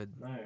No